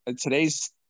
Today's